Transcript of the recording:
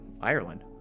Ireland